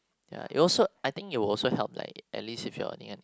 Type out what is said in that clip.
ya it also I think it will also help like at least if your earning